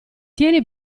tieni